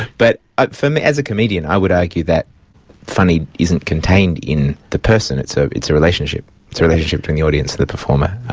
but ah for me, as a comedian i would argue that funny isn't contained in the person, it's ah it's a relationship. it's a relationship between the audience and the performer.